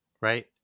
right